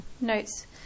notes